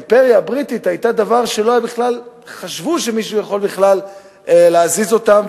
האימפריה הבריטית היתה דבר שלא חשבו שמישהו יכול בכלל להזיז אותם,